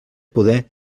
poder